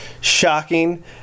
shocking